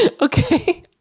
Okay